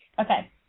Okay